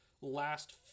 last